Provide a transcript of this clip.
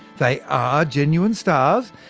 they are genuine stars,